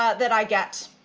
ah that i got,